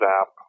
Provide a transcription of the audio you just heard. app